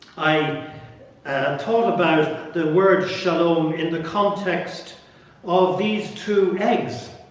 i and talked about the word shalom in the context of these two eggs